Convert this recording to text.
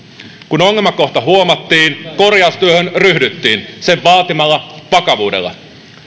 kun ongelmakohta huomattiin korjaustyöhön ryhdyttiin sen vaatimalla vakavuudella